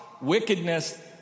wickedness